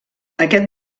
aquest